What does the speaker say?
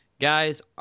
Guys